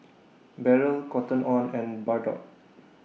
Barrel Cotton on and Bardot